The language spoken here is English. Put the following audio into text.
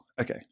Okay